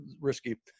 risky